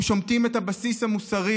אתם שומטים את הבסיס המוסרי